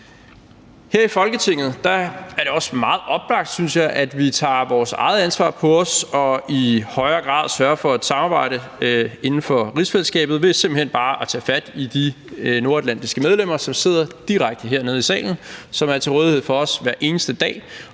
Her i Folketinget er det også meget oplagt, synes jeg, at vi tager vores eget ansvar på os og i højere grad sørger for at samarbejde inden for rigsfællesskabet ved simpelt hen bare at tage fat i de nordatlantiske medlemmer, som sidder direkte hernede i salen, og som er til rådighed for os hver eneste dag,